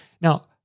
Now